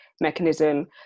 mechanism